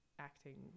acting